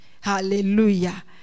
Hallelujah